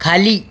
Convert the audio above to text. खाली